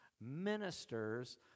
ministers